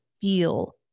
feel